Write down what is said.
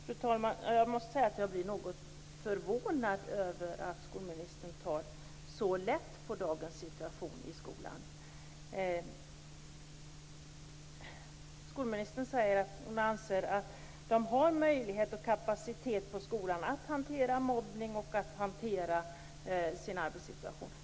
Fru talman! Jag måste säga att jag blir något förvånad över att skolministern tar så lätt på dagens situation i skolan. Skolministern säger att hon anser att man har möjlighet och kapacitet på skolorna att hantera mobbning och att hantera sin arbetssituation.